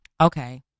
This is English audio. okay